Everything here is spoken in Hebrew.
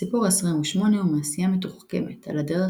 הסיפור העשרים ושמונה הוא מעשייה מתוחכמת על הדרך